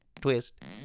twist